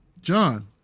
John